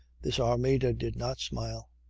this armida did not smile.